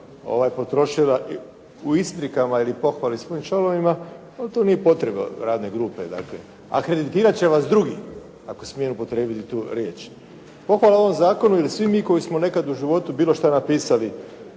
vremena potrošila u isprikama ili pohvali svojim članovima. Ali to nije potrebno radne grupe, dakle akreditirat će vas drugi ako smijem upotrijebiti tu riječ. Pohvala ovom zakonu ili svi mi koji smo nekad u životu bilo šta napisali